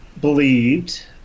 believed